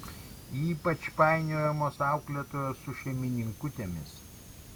ypač painiojamos auklėtojos su šeimininkutėmis